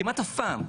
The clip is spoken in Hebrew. כמעט אף פעם,